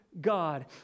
God